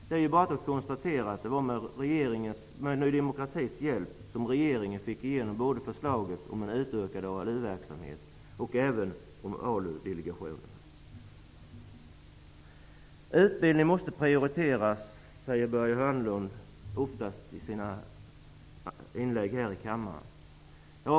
Det är ju bara att konstatera att det var med Ny demokratis hjälp som regeringen fick igenom förslaget om en utökad ALU-verksamhet och om ALU Utbildningen måste prioriteras, säger Börje Hörnlund ofta i sina inlägg här i kammaren.